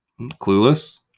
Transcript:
Clueless